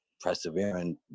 persevering